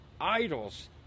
idols